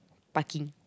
parking